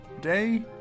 day